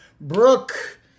Brooke